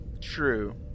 True